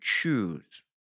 choose